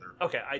Okay